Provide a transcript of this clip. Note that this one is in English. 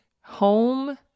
home